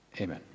Amen